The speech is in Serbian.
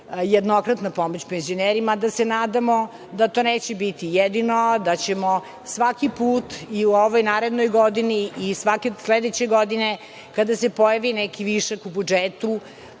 jednokratna pomoć penzionerima, da se nadamo da to neće biti jedino, da ćemo svaki put i u ovoj narednoj godini i svake sledeće godine kada se pojavi neki višak u budžeti